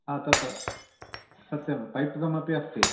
हा तत् सत्यं पैप् गम् अपि अस्ति